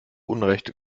unrecht